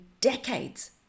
decades